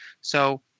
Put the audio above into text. So-